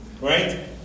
Right